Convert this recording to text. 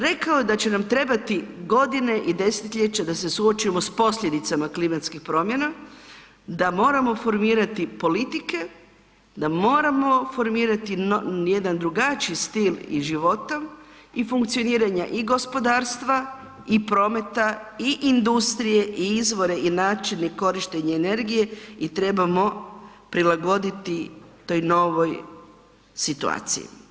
Rekao je da će nam trebati godine i desetljeća da se suočimo s posljedicama klimatskih promjena, da moramo formirati politike, da moramo formirati jedan drugačiji stil i života i funkcioniranja i gospodarstva i prometa i industrije i izvore i načine korištenja energije i trebamo prilagoditi toj novoj situaciji.